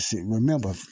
Remember